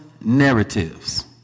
narratives